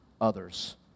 others